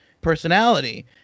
personality